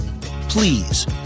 Please